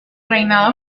reinado